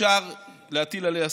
אפשר להטיל עליה סנקציות,